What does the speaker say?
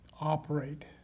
operate